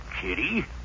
Kitty